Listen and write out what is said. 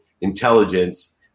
intelligence